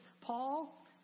Paul